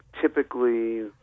typically